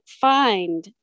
find